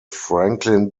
franklin